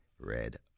red